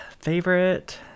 favorite